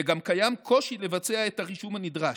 וגם קיים קושי לבצע את הרישום הנדרש.